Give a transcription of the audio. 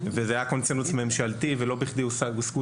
וזה היה קונצנזוס ממשלתי ולא בכדי הושגו